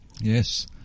Yes